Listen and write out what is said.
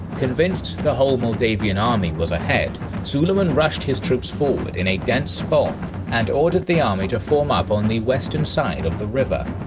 convinced the whole moldavian army was ahead suleiman rushed his troops forward in dense fog and ordered the army to form up on the western side of the river.